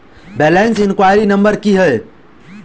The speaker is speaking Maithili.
बैलेंस इंक्वायरी नंबर की है?